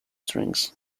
strings